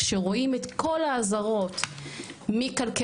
שרואים את כל ההזהרות מכלכלנים,